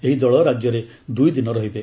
ଏହି ଦଳ ରାଜ୍ୟରେ ଦୁଇଦିନ ରହିବେ